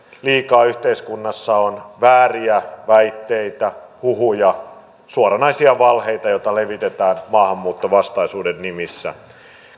yhteiskunnassa on liikaa vääriä väitteitä huhuja suoranaisia valheita joita levitetään maahanmuuttovastaisuuden nimissä